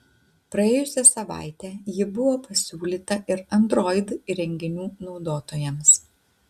praėjusią savaitę ji buvo pasiūlyta ir android įrenginių naudotojams